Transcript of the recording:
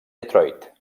detroit